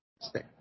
Stay